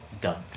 Done